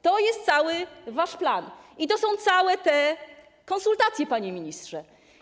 To jest cały wasz plan i to są całe te konsultacje, panie ministrze.